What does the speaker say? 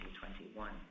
2021